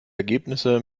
ergebnisse